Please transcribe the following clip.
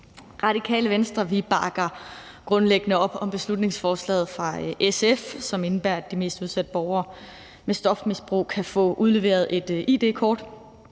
Radikale Venstre bakker grundlæggende op om beslutningsforslaget fra SF, som indebærer, at de mest udsatte borgere med stofmisbrug kan få udleveret et id-kort.